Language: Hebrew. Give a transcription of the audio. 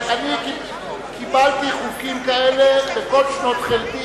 אני קיבלתי חוקים כאלה בכל שנות חלדי